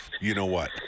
you-know-what